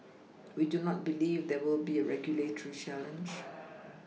we do not believe there will be a regulatory challenge